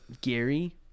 Gary